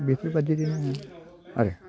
दा बिफोरबायदिनो आरो